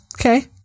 Okay